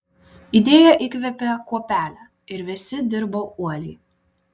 idėja įkvėpė kuopelę ir visi dirbo uoliai